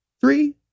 three